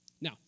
Now